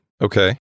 Okay